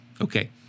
Okay